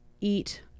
eat